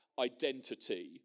identity